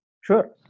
Sure